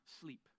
sleep